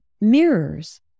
mirrors